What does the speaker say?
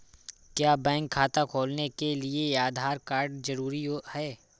क्या बैंक खाता खोलने के लिए आधार कार्ड जरूरी है?